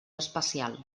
espacial